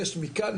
יש מכאן,